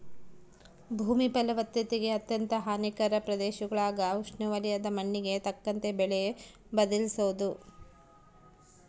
ಭೂಮಿ ಫಲವತ್ತತೆಗೆ ಅತ್ಯಂತ ಹಾನಿಕಾರಕ ಪ್ರದೇಶಗುಳಾಗ ಉಷ್ಣವಲಯದ ಮಣ್ಣಿಗೆ ತಕ್ಕಂತೆ ಬೆಳೆ ಬದಲಿಸೋದು